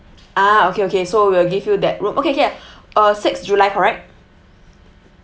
ah okay okay so we'll give you that room okay K uh six july correct